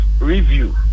review